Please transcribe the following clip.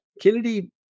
Kennedy